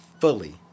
fully